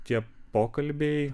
tie pokalbiai